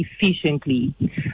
efficiently